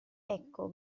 ecco